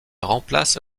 remplace